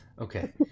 Okay